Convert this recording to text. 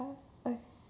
uh